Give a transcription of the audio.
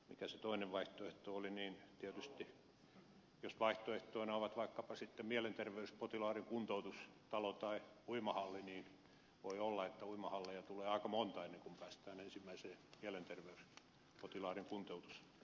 mikä se toinen vaihtoehto oli niin jos vaihtoehtoina ovat vaikkapa mielenterveyspotilaiden kuntoutustalo ja uimahalli niin voi olla että uimahalleja tulee aika monta ennen kuin päästään ensimmäiseen mielenterveyspotilaiden kuntoutustilaan